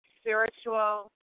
spiritual